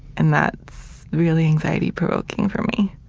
and that's really anxiety-provoking for me.